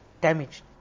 damaged